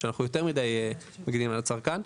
שאנחנו יותר מדי מגינים על הצרכן.